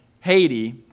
Haiti